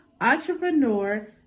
entrepreneur